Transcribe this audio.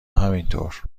همینطور